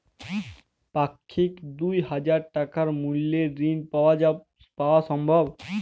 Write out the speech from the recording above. পাক্ষিক দুই হাজার টাকা মূল্যের ঋণ পাওয়া সম্ভব?